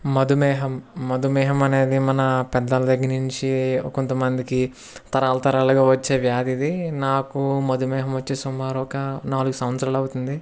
మధుమేహం మధుమేహం అనేది మన పెద్దల దగ్గర నుంచి కొంత మందికి తరాల తరాలుగా వచ్చే వ్యాధి ఇది నాకు మధుమేహం వచ్చే సుమారు ఒక నాలుగు సంవత్సరాలు అవుతుంది